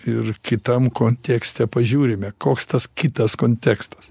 ir kitam kontekste pažiūrime koks tas kitas kontekstas